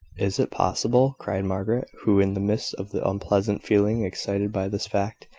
is it possible? cried margaret, who, in the midst of the unpleasant feeling excited by this fact,